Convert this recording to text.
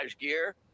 gear